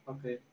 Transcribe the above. Okay